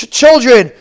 children